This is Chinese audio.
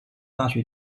大学